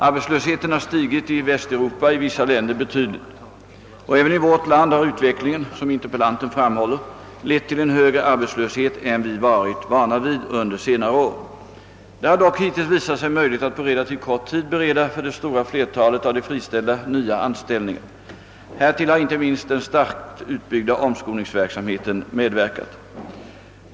Arbetslösheten har stigit i Västeuropa i vissa länder betyd ligt, och även i vårt land har utvecklingen, som interpellanten framhåller, lett till en högre arbetslöshet än vi varit vana vid under senare år. Det har dock hittills visat sig möjligt att på relativt kort tid bereda för det stora flertalet av de friställda nya anställningar. Härtill har inte minst den starkt utbyggda omskolningsverksamheten medverkat.